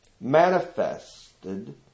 manifested